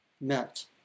met